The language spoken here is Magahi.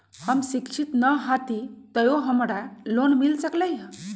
हम शिक्षित न हाति तयो हमरा लोन मिल सकलई ह?